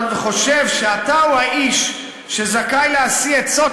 אתה עוד חושב שאתה הוא האיש שזכאי להשיא עצות